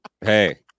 Hey